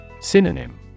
Synonym